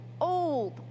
old